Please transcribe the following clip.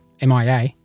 MIA